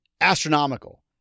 astronomical